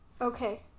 Okay